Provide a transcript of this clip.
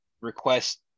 request